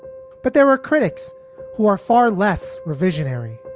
but there are critics who are far less revisionary.